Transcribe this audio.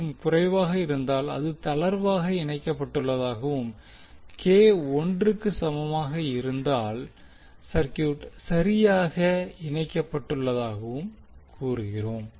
5 க்கும் குறைவாக இருந்தால் அது தளர்வாக இணைக்கப்படுவதாகவும் k ஒன்றுக்கு சமமாக இருந்தால் சர்கியூட் சரியாக இணைக்கப்படுவதாகவும் கூறுவோம்